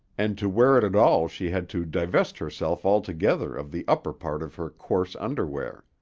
and to wear it at all she had to divest herself altogether of the upper part of her coarse underwear.